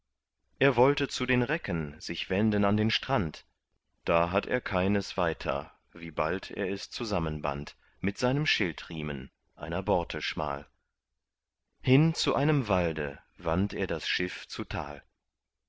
er wollte zu den recken sich wenden an den strand da hat er keines weiter wie bald er es zusammenband mit seinem schildriemen einer borte schmal hin zu einem walde wandt er das schiff zu tal